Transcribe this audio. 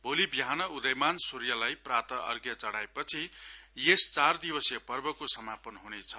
भोलि विहान उदयमान सूर्यलाई प्राप्तअर्ध्य चढ़ाएपछि यस चार दिवसिय पर्वको समापन हुनेछ